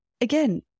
again